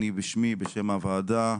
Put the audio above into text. אני, בשמי ובשם הוועדה,